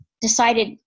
decided